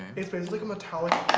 it's but it's like a metallic